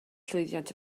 llwyddiant